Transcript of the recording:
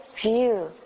view